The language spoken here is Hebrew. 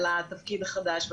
על התפקיד החדש.